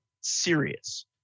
serious